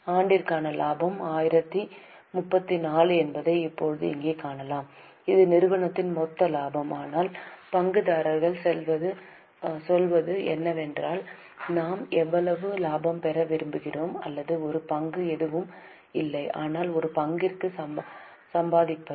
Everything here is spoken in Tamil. ஆண்டிற்கான லாபம் 1034 என்பதை இப்போது இங்கே காணலாம் இது நிறுவனத்தின் மொத்த லாபம் ஆனால் பங்குதாரர் சொல்வது என்னவென்றால் நாம் எவ்வளவு லாபம் பெற விரும்புகிறோம் அல்லது ஒரு பங்கு எதுவும் இல்லை ஆனால் ஒரு பங்குக்கு சம்பாதிப்பது